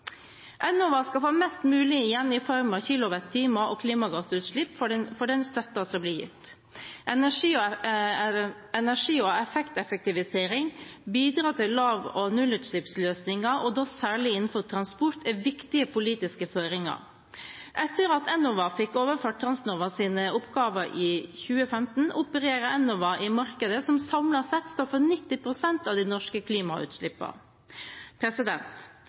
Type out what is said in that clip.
Enova skal få mest mulig igjen i form av kilowattimer og klimagassutslipp for den støtten som blir gitt. Energi- og effekteffektivisering, bidrag til lav- og nullutslippsløsninger, og da særlig innenfor transport, er viktige politiske føringer. Etter at Enova fikk overført Transnovas oppgaver i 2015, opererer Enova i markeder som samlet sett står for 90 pst. av de norske